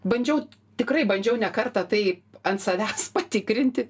bandžiau tikrai bandžiau ne kartą tai ant savęs patikrinti